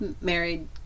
married